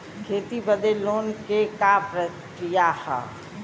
खेती बदे लोन के का प्रक्रिया ह?